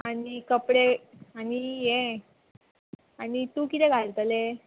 आनी कपडे आनी यें आनी तूं किदें घालतलें